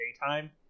daytime